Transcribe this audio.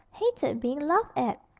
hated being laughed at,